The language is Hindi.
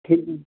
ठीक